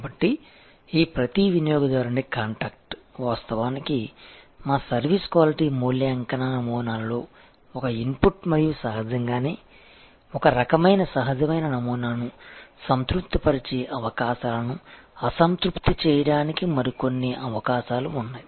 కాబట్టి ఈ ప్రతి వినియోగదారుని కాంటాక్ట్ వాస్తవానికి మా సర్వీస్ క్వాలిటీ మూల్యాంకన నమూనాలో ఒక ఇన్పుట్ మరియు సహజంగానే ఒక రకమైన సహజమైన నమూనాను సంతృప్తిపరిచే అవకాశాలను అసంతృప్తి చేయడానికి మరిన్ని అవకాశాలు ఉన్నాయి